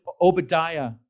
Obadiah